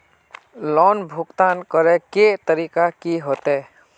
Loan भुगतान करे के तरीका की होते?